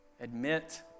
Admit